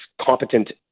competent